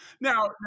now